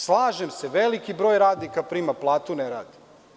Slažem se, veliki broj radnika prima platu, a ne radi.